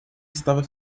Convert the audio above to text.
estava